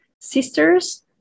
sisters